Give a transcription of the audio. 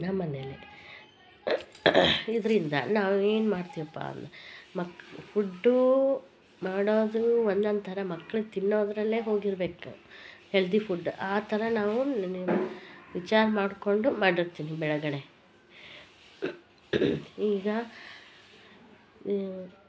ನಮ್ಮನೇಲಿ ಇದರಿಂದ ನಾವು ಏನು ಮಾಡ್ತೀವಿ ಪಾ ಅಂದರೆ ಮಕ್ ಪುಡ್ಡು ಮಾಡೋದನ್ನ ಒಂದೊಂದು ಥರ ಮಕ್ಕಳು ತಿನ್ನೋದರಲ್ಲೆ ಹೋಗಿರ್ಬೇಕು ನಾವು ಹೆಲ್ದಿ ಫುಡ್ ಆ ಥರ ನಾವು ವಿಚಾರ ಮಾಡ್ಕೊಂಡು ಮಾಡಿರ್ತೀವಿ ಬೆಳಗಡೆ ಈಗ